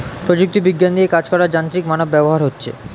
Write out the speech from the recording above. প্রযুক্তি বিজ্ঞান দিয়ে কাজ করার যান্ত্রিক মানব ব্যবহার হচ্ছে